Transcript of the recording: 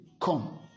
come